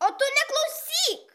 o tu neklausyk